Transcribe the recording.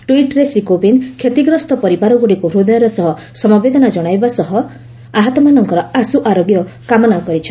ଟ୍ୱିଟ୍ରେ ଶ୍ରୀ କୋବିନ୍ଦ କ୍ଷତିଗ୍ରସ୍ତ ପରିବାରଗୁଡ଼ିକୁ ହୃଦୟର ସହ ସମବେଦନା ଜଣାଇବା ସହିତ ଆହତମାନଙ୍କର ଆଶ୍ର ଆରୋଗ୍ୟ କାମନା କରିଛନ୍ତି